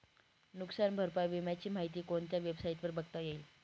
नुकसान भरपाई विम्याची माहिती कोणत्या वेबसाईटवर बघता येईल?